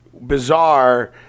bizarre